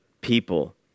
people